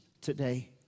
today